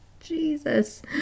jesus